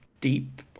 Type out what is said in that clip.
deep